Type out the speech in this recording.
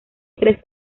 tres